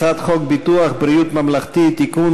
הצעת חוק ביטוח בריאות ממלכתי (תיקון,